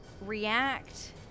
react